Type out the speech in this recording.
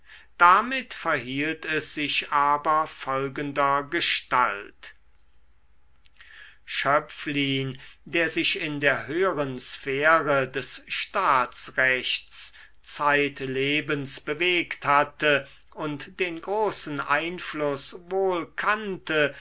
damit verhielt es sich aber folgendergestalt schöpflin der sich in der höheren sphäre des staatsrechts zeitlebens bewegt hatte und den großen einfluß wohl kannte